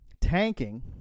tanking